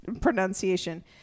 pronunciation